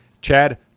Chad